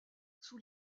sous